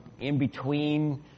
in-between